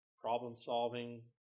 problem-solving